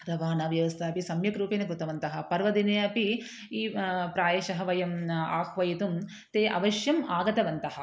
अतः वाहनव्यवस्थापि सम्यक् रूपेण कृतवन्तः पर्वदिने अपि इ प्रायशः वयम् आह्वयितुं ते अवश्यम् आगतवन्तः